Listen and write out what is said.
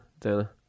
Dana